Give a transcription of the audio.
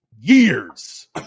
years